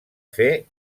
fer